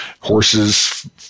horses